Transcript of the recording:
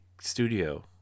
studio